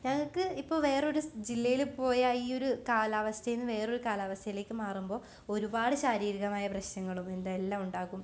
ഞങ്ങള്ക്ക് ഇപ്പോള് വേറൊരു ജില്ലയില് പോയാല് ഈയൊരു കാലാവസ്ഥയില് നിന്ന് വേറൊരു കാലാവസ്ഥയിലേക്ക് മാറുമ്പോള് ഒരുപാട് ശാരീരികമായ പ്രശ്നങ്ങളും എന്താണ് എല്ലാമുണ്ടാകും